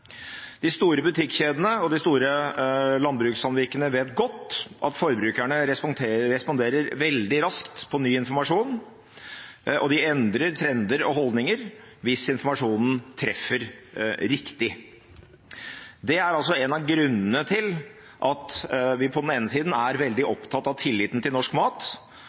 De store butikkjedene og de store landbrukssamvirkene vet godt at forbrukerne responderer veldig raskt på ny informasjon, og at de endrer trender og holdninger hvis informasjonen treffer riktig. Det er en av grunnene til at vi på den ene siden er veldig opptatt av tilliten til norsk mat,